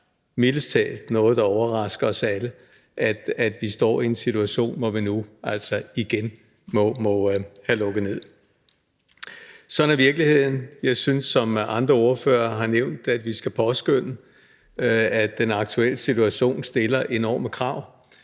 talt noget, der overrasker os alle, at vi står i en situation, hvor vi nu altså igen må have lukket ned. Sådan er virkeligheden. Jeg synes, som andre ordførere har nævnt, at vi skal påskønne det noget mere, for den aktuelle situation stiller enorme krav